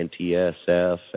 NTSF